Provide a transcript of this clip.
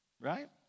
Right